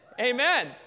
Amen